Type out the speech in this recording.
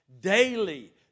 Daily